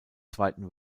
zweiten